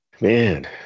Man